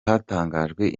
hatangajwe